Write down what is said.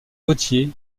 potiers